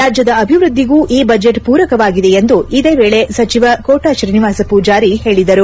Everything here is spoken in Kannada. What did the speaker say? ರಾಜ್ಯದ ಅಭಿವೃದ್ದಿಗೂ ಈ ಬಜೆಟ್ ಪೂರಕವಾಗಿದೆ ಎಂದು ಇದೇ ವೇಳೆ ಸಚಿವ ಕೋಟ ಶ್ರೀನಿವಾಸ್ ಪೂಜಾರಿ ಹೇಳಿದರು